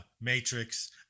Matrix